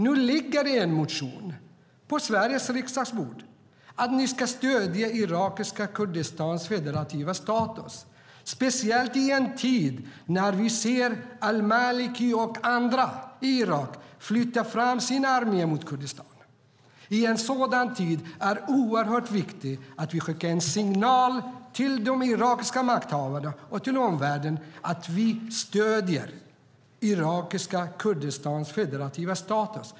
Nu ligger det en motion på Sveriges riksdags bord som föreslår att ni ska stödja irakiska Kurdistans federativa status, speciellt i en tid när vi ser al-Maliki och andra i Irak flytta fram sina arméer mot Kurdistan. I en sådan tid är det oerhört viktigt att vi skickar en signal till de irakiska makthavarna och till omvärlden om att vi stöder irakiska Kurdistans federativa status.